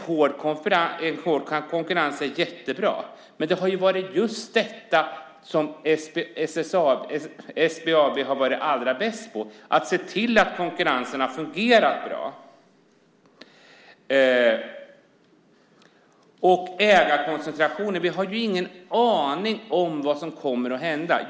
Hård konkurrens är jättebra, och det är just det som SBAB varit allra bäst på, alltså att se till att konkurrensen fungerat bra. Vad gäller ägarkoncentrationen har vi ingen aning om vad som kommer att hända.